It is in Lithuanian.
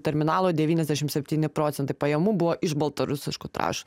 terminalo devyniasdešimt septyni procentai pajamų buvo iš baltarusiškų trąšų